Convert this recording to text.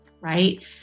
right